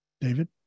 David